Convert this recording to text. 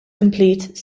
complete